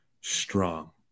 strong